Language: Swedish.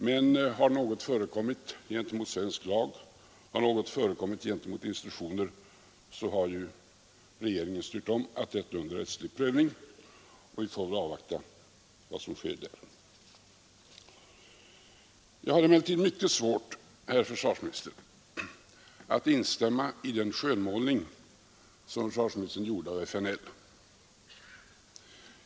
Men har något förekommit gentemot svensk lag, om något förekommit gentemot instruktioner, så har regeringen styrt om med en rättslig prövning, och vi får väl avvakta vad som sker där. Jag har emellertid mycket svårt, herr försvarsminister, att instämma i den skönmålning som försvarsministern gjorde av FNL.